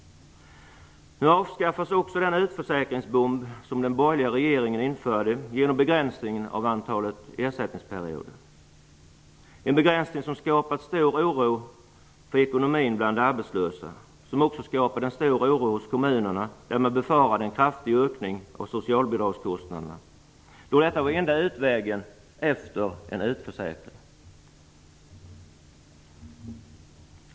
Nu avskaffas också den utförsäkringsbomb som den borgerliga regeringen införde genom begränsningen av antalet ersättningsperioder. Det är en begränsning som skapat stor oro för ekonomin bland de arbetslösa, som också skapat en stor oro hos kommunerna, där man befarade en kraftig ökning av socialbidragskostnaderna, då detta var enda utvägen efter en utförsäkran.